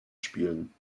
spielen